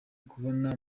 kubona